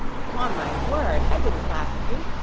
upon my word, i didn't laugh at you,